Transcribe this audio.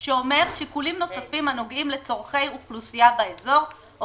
שאומר: "שיקולים נוספים הנוגעים לצורכי אוכלוסייה באזור או